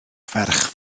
ferch